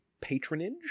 patronage